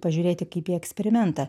pažiūrėti kaip į eksperimentą